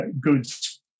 goods